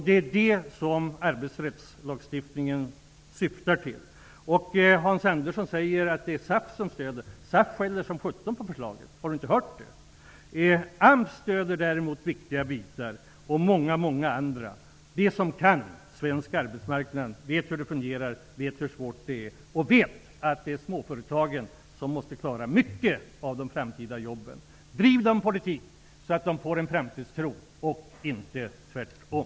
Det är det som arbetsrättslagstiftningen syftar till. Hans Andersson säger att det är SAF som stöder förslaget. Har inte Hans Andersson hört att SAF skäller som sjutton på förslaget? AMS stöder däremot viktiga delar, och även många andra gör det. De som kan svensk arbetsmarknad vet hur det fungerar, vet hur svårt det är och vet att det är småföretagen som måste klara en stor del av de framtida jobben. Driv då en politik så att de får en framtidstro, inte tvärtom!